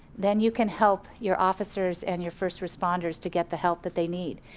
then you can help your officers and your first responders to get the help that they need.